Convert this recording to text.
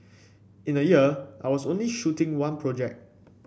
in a year I was only shooting one project